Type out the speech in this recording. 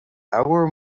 ábhar